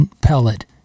pellet